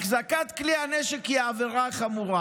החזקת כלי הנשק היא עבירה חמורה.